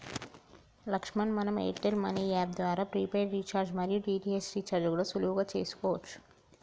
లక్ష్మణ్ మనం Airtel money app ద్వారా prepaid recharge మరియు డి.టి.హెచ్ రీఛార్జి కూడా సులువుగా చేసుకోవచ్చు